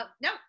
no